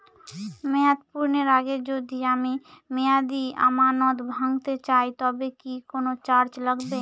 মেয়াদ পূর্ণের আগে যদি আমি মেয়াদি আমানত ভাঙাতে চাই তবে কি কোন চার্জ লাগবে?